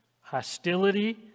hostility